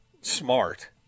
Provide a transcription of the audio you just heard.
smart